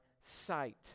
sight